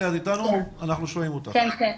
שלום.